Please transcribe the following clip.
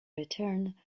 returned